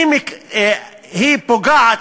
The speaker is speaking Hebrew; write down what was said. היא פוגעת,